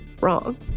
wrong